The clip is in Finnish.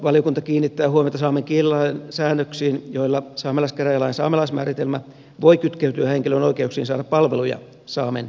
valiokunta kiinnittää huomiota saamen kielilain säännöksiin joilla saamelaiskäräjälain saamelaismääritelmä voi kytkeytyä henkilön oikeuksiin saada palveluja saamen kielellä